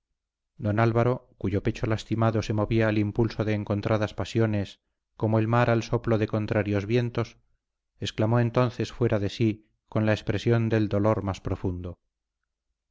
don álvaro cuyo pecho lastimado se movía al impulso de encontradas pasiones como el mar al soplo de contrarios vientos exclamó entonces fuera de sí con la expresión del dolor más profundo